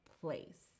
place